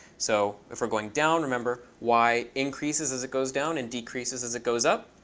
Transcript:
so if we're going down, remember y increases as it goes down and decreases as it goes up.